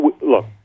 look